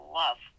love